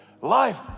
Life